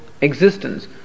existence